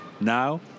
Now